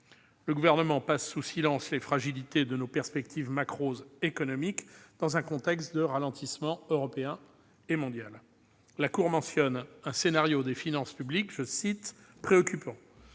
Le Gouvernement passe sous silence les fragilités de nos perspectives macroéconomiques dans un contexte de ralentissement européen et mondial. La Cour des comptes mentionne un scénario des finances publiques « préoccupant »